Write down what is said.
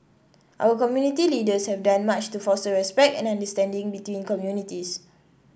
our community leaders have done much to foster respect and understanding between communities